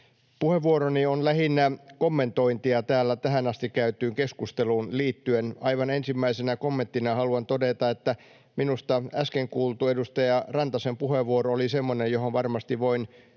Puheenvuoroni on lähinnä kommentointia täällä tähän asti käytyyn keskusteluun liittyen. Aivan ensimmäisenä kommenttina haluan todeta, että minusta äsken kuultu edustaja Rantasen puheenvuoro oli semmoinen, johon varmasti voin